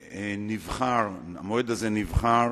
והמועד הזה נבחר